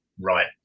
Right